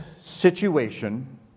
situation